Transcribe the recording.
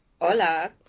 Hola